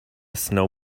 snow